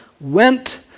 went